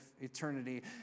eternity